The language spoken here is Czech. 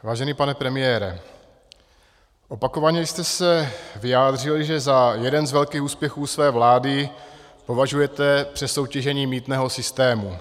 Vážený pane premiére, opakovaně jste se vyjádřil, že za jeden z velkých úspěchů své vlády považujete přesoutěžení mýtného systému.